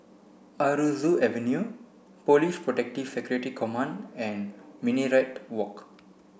Aroozoo Avenue Police Protective Security Command and Minaret Walk